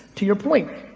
to your point,